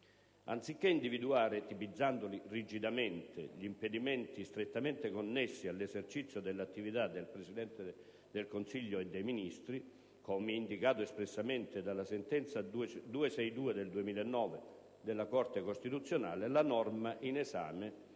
Anziché individuare, tipizzandoli rigidamente, gli impedimenti strettamente connessi all'esercizio dell'attività del Presidente del Consiglio e dei Ministri - come indicato espressamente dalla sentenza n. 262 del 2009 della Corte costituzionale - la norma in esame,